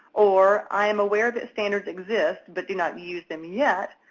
or i am aware that standards exist but do not use them yet,